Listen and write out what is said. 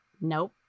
Nope